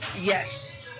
Yes